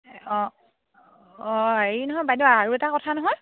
অঁ অঁ হেৰি নহয় বাইদেউ আৰু এটা কথা নহয়